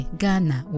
Ghana